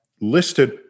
listed